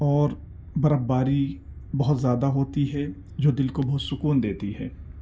اور برف باری بہت زیادہ ہوتی ہے جو دل کو بہت سکون دیتی ہے